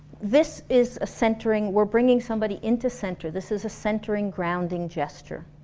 this is a centering, we're bringing somebody into center, this is centering, grounding gesture